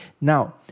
Now